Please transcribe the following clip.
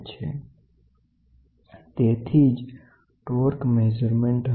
તે મેજરમેન્ટ જેવું નથી કે પછી ટોર્ક મેજરમેન્ટ પણ નહીં